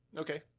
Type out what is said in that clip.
okay